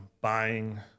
buying